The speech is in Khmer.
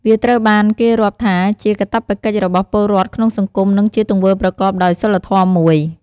វាត្រូវបានគេរាប់ថាជាកាតព្វកិច្ចរបស់ពលរដ្ឋក្នុងសង្គម និងជាទង្វើប្រកបដោយសីលធម៌មួយ។